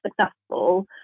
successful